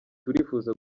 turifuza